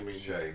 Shame